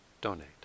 donate